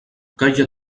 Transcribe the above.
calla